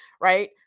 Right